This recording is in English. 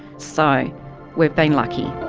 so we've been lucky.